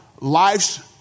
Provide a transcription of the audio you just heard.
life's